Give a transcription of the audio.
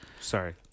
Sorry